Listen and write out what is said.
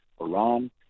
Iran